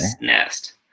nest